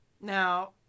Now